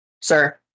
sir